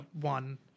one